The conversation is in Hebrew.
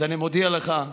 אז אני מודיע לך,